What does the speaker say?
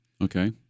Okay